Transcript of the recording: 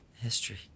history